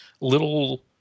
little